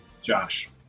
josh